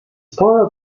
part